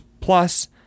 plus